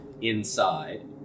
inside